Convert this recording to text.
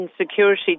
security